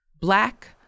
black